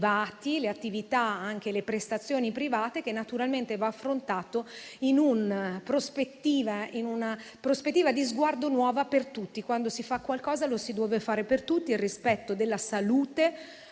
alle attività e anche alle prestazioni private, che va affrontato in una prospettiva nuova per tutti. Quando si fa qualcosa, lo si deve fare per tutti. Il rispetto della salute